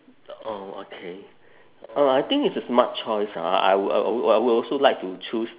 oh okay uh I think it's a smart choice ah I would I would I would also like to choose